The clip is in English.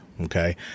okay